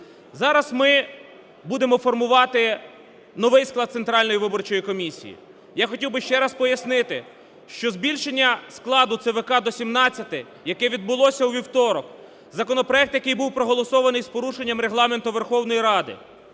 Зараз ми будемо формувати новий склад Центральної виборчої комісії. Я хотів би ще раз пояснити, що збільшення складу ЦВК до 17, яке відбулося у вівторок, законопроект, який був проголосований з порушенням Регламенту Верховної Ради,